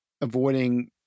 avoiding